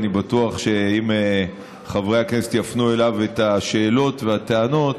ואני בטוח שאם חברי הכנסת יפנו אליו את השאלות ואת הטענות,